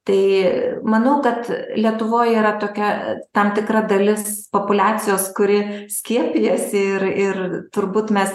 tai manau kad lietuvoj yra tokia tam tikra dalis populiacijos kuri skiepijasi ir ir turbūt mes